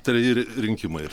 treji ririnkimai